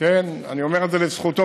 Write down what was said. אני אומר את זה "לזכותו",